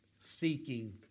seeking